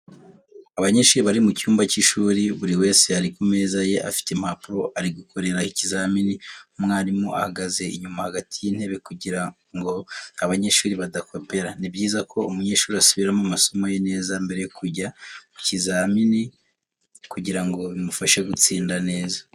Abanyeshuri bari mu cyumba cy'ishuri buri wese ari ku meza ye afite impapuro ari gukoreraho ikizamini umwaalimu ahagaze inyuma hagati y'intebe kugirango abanyeshuri badakopera. ni byiza ko umunyeshuri asubiramo amasomo ye neza mbere yo kujya mu kizamini kugirango bimufashe gutsinda neza.